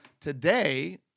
today